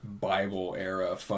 Bible-era